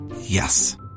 Yes